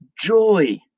joy